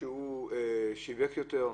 שהוא שיווק יותר.